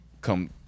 come